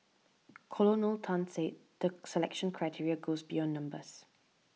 Colonel Tan said the selection criteria goes beyond numbers